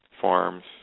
farms